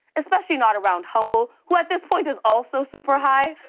especially not around humble, who at this point is also super high.